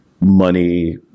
money